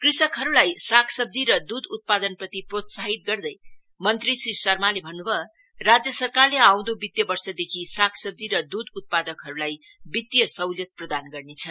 कृषकहरुलाई सागसब्जी र दूध उत्पादनप्रति प्रोत्साहित गर्दै मंत्री श्री शर्माले भन्नु भयो राज्य सरकारले आउँदो वित्तीय वर्षदेखि सागसब्जी र दूध उत्पादकहरुलाई वित्तीय सहुलियत प्रदान गर्नेछ